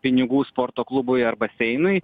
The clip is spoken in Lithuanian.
pinigų sporto klubui ar baseinui